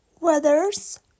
Weathers